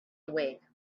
awake